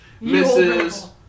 misses